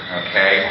okay